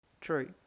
True